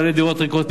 בעלי דירות ריקות,